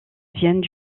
viennent